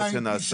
אין הלימה,